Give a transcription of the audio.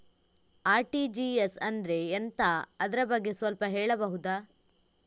RTGS ಅಂದ್ರೆ ಎಂತ ಅದರ ಬಗ್ಗೆ ಸ್ವಲ್ಪ ಹೇಳಬಹುದ?